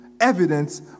evidence